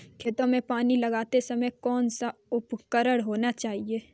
खेतों में पानी लगाते समय कौन सा उपकरण होना चाहिए?